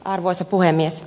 arvoisa puhemies